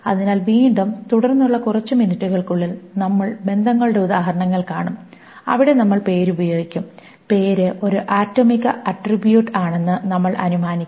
അതിനാൽ വീണ്ടും തുടർന്നുള്ള കുറച്ച് മിനിറ്റുകൾക്കുള്ളിൽ നമ്മൾ ബന്ധങ്ങളുടെ ഉദാഹരണങ്ങൾ കാണും അവിടെ നമ്മൾ പേര് ഉപയോഗിക്കും പേര് ഒരു ആറ്റോമിക് ആട്രിബ്യൂട്ട് ആണെന്ന് നമ്മൾ അനുമാനിക്കും